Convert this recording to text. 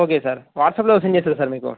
okay sir వాట్సప్లో send చేస్తా sir మీకు